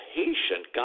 patient